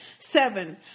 Seven